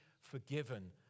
forgiven